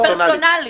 זה לא פרסונלי.